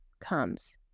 comes